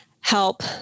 help